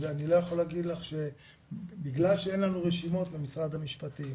אבל בגלל שאין לנו רשימות ממשרד המשפטים